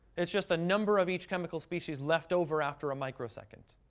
it's just the number of each chemical species left over after a microsecond.